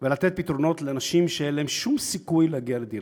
ולתת פתרונות לאנשים שאין להם שום סיכוי להגיע לדירה.